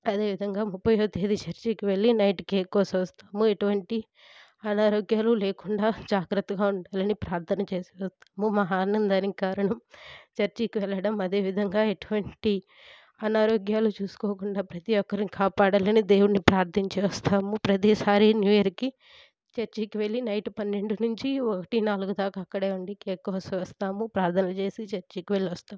అదే విధంగా ముప్పైయవ తేదీ చర్చికి వెళ్లి నైట్కి కేకు కోసి వస్తాము ఎటువంటి అనారోగ్యాలు లేకుండా జాగ్రత్తగా ఉండాలని ప్రార్థన చేసుకుంటాము మా ఆనందానికి కారణం చర్చికి వెళ్ళడం అదేవిధంగా ఎటువంటి అనారోగ్యాలు చూసుకోకుండా ప్రతి ఒక్కరిని కాపాడాలని దేవుని ప్రార్థించేస్తాము ప్రతిసారి న్యూ ఇయర్కి చర్చికి వెళ్ళి నైట్ పన్నెండు నుంచి ఒకటి నాలుగు దాకా అక్కడే ఉండి కేక్ కోసి వస్తాము ప్రార్థనలు చేసి చర్చికి వెళ్ళి వస్తాము